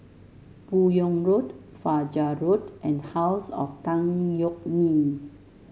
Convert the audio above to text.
Buyong Road Fajar Road and House of Tan Yeok Nee